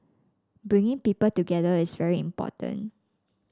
bringing people together is very important